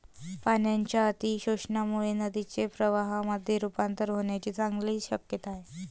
पाण्याच्या अतिशोषणामुळे नदीचे प्रवाहामध्ये रुपांतर होण्याची चांगली शक्यता आहे